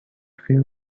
few